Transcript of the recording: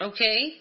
Okay